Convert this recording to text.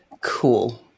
Cool